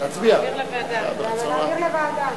להעביר לוועדה.